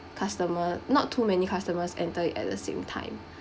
customer not too many customers enter at the same time